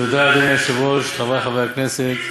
אדוני היושב-ראש, חברי חברי הכנסת,